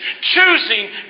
choosing